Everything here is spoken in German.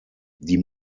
die